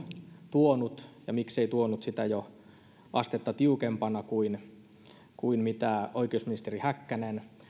tuonut ja miksei tuonut sitä astetta tiukempana kuin kuin oikeusministeri häkkänen